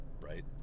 right